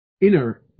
inner